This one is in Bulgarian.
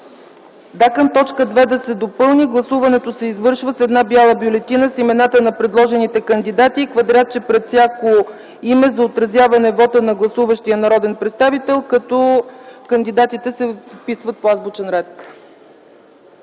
Към т. 2 да се допълни: „Гласуването се извършва с една бяла бюлетина с имената на предложените кандидати и квадратче пред всяко име за отразяване на вота на гласуващия народен представител, като кандидатите се изписват по азбучен ред.